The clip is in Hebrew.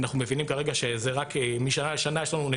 אנחנו מבינים כרגע, משנה לשנה יש לנו עלייה.